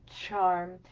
charm